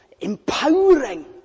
empowering